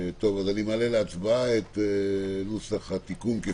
אני מעלה להצבעה את נוסח התיקון של גבעת שמואל,